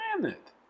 planet